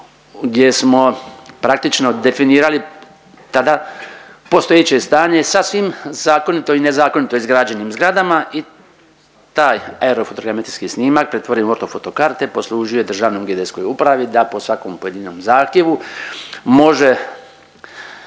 gdje smo praktično definirali tada postojeće stanje sa svim zakonito i nezakonito izgrađenim zgradama i taj aerofotogrametrijski snimak pretvoren u ortofoto karte poslužio je Državnoj geodetskoj upravi da po svakom pojedinom zahtjevu može